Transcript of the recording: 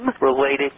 related